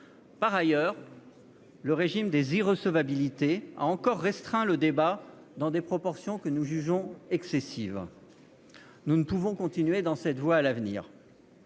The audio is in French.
Par ailleurs, le régime des irrecevabilités a encore restreint le débat, dans des proportions que nous jugeons excessives. Nous ne pourrons continuer dans cette voie à l'avenir.